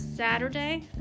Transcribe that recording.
Saturday